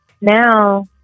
now